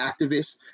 activists